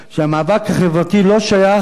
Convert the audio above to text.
שהמאבק החברתי לא שייך